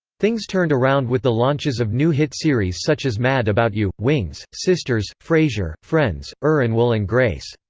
things turned around with the launches of new hit series such as mad about you, wings, sisters, frasier, friends, er and will and grace.